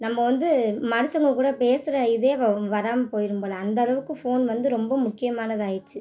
நம்ம வந்து மனுஷங்கள் கூட பேசுகிற இதே வ வராமல் போயிடும் போல் அந்தளவுக்கு ஃபோன் வந்து ரொம்ப முக்கியமானதாக ஆயிடுச்சு